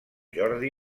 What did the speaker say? jordi